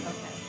Okay